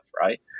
right